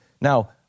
Now